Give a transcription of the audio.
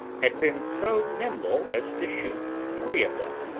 had been so nimble as to shoot three of them,